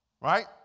right